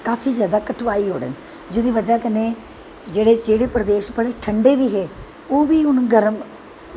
काफी जादा कटवाई ओड़े न जेह्दा बज़ाह् कन्नैं जेह्ड़े प्रदेश ठंडे बी हे ओह् बी हून गर्म